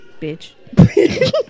bitch